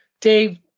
Dave